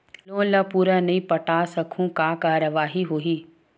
Loan ला पूरा नई पटा सकहुं का कारवाही होही?